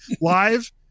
live